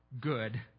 good